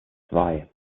zwei